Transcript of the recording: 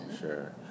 Sure